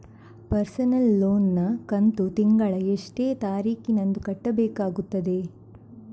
Personal loan ನ ಕಂತು ತಿಂಗಳ ಎಷ್ಟೇ ತಾರೀಕಿನಂದು ಕಟ್ಟಬೇಕಾಗುತ್ತದೆ?